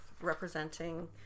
representing